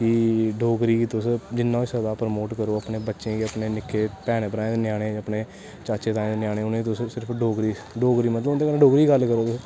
कि डोगरी गी जिन्ना होई सकदा तुस प्रमोट करो बच्चे गी निक्के अपने भैनें भ्राहें गी अपनें चाचें ताएं दे ञ्यानें गी तुस उनें सिर्फ डोगरी मतलव उंदे कन्नै डोगरी च गल्ल करो तुस